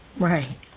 Right